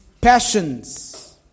passions